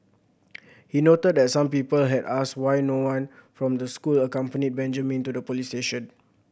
he noted that some people had asked why no one from the school accompanied Benjamin to the police station